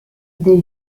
des